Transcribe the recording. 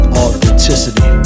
authenticity